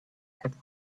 had